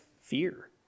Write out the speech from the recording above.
fear